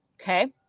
Okay